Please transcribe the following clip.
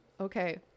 Okay